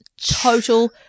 total